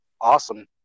awesome